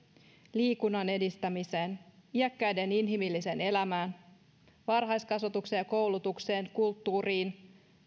liikunnan edistämiseen iäkkäiden inhimilliseen elämään varhaiskasvatukseen ja koulutukseen kulttuuriin